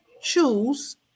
choose